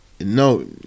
no